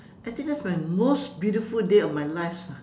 actually that's my most beautiful day of my lives ah